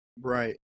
right